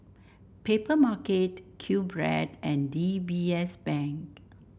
Papermarket Q Bread and D B S Bank